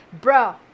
bro